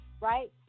right